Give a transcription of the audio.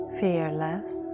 fearless